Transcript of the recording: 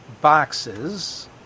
boxes